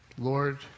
Lord